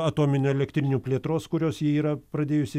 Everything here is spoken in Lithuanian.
atominių elektrinių plėtros kuriuos ji yra pradėjusi